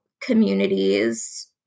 communities